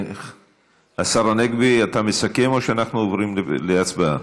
השר הנגבי, אתה מסכם, או אנחנו עוברים להצבעה?